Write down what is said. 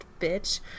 bitch